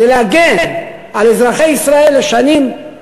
כדי להגן על אזרחי ישראל לשנים,